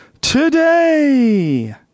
today